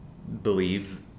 Believe